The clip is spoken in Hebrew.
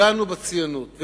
נגענו בציונות.